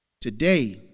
today